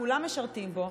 כולם משרתים בו,